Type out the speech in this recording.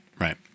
right